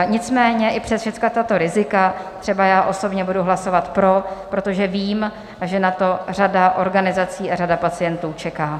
Nicméně i přes všechna tato rizika třeba já osobně budu hlasovat pro, protože vím, že na to řada organizací a řada pacientů čeká.